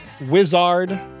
Wizard